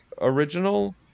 original